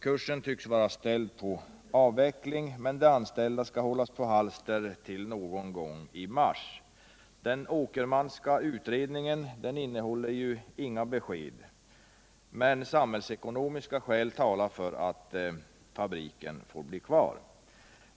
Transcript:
Kursen tycks vara ställd på avveckling, men de anställda skall hållas på halster till någon gång i mars. Den Åkermanska utredningen innehåller ju inga besked. Samhällsekonomiska skäl talar för att fabriken får bli kvar.